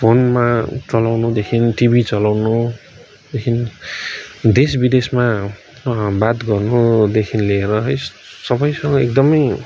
फोनमा चलाउनुदेखि टिभी चलाउनुदेखि देश विदेशमा बात गर्नुदेखि लिएर है सबैसँग एकदमै